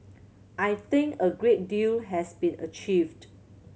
I think a great deal has been achieved